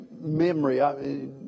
memory